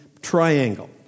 triangle